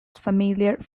familiar